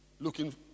looking